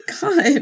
God